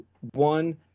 one